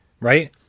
right